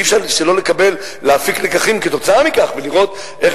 ואי-אפשר שלא להפיק לקחים כתוצאה מכך ולראות איך